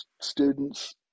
students